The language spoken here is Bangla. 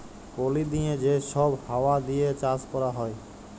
পলি দিঁয়ে যে ছব হাউয়া দিঁয়ে চাষ ক্যরা হ্যয়